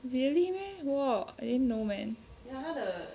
really meh !wah! I didn't know man